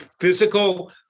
physical